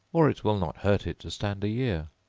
or it will not hurt it to stand a year.